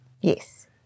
Yes